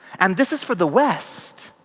and this is for the west.